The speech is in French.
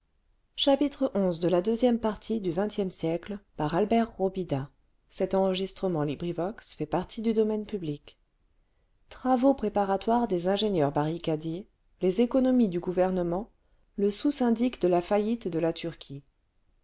travaux préparatoires des ingénieurs barricadiers les économies du gouvernement le sous syndic de la faillite de la turquie